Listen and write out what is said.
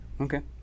Okay